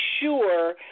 sure